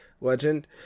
legend